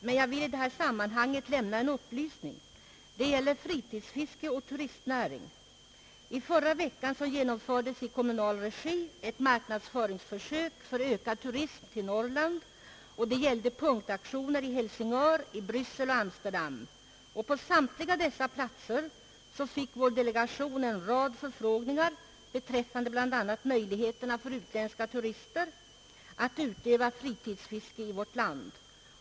Men jag vill i det här sammanhanget lämna en upplysning som gäller fritidsfisket och turistnäringen. I förra veckan genomfördes i kommunal regi ett marknadsföringsförsök för ökad turism till Norrland. Det gällde punktaktioner i Helsingör, Bryssel och Amsterdam. På samtliga dessa platser fick vår delegation en rad förfrågningar beträffande bl.a. möjligheterna för utländska turister att utöva fritidsfiske i vår land.